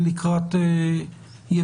אם לקחת את האירוע האחרון,